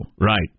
Right